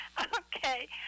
Okay